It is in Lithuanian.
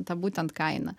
tą būtent kainą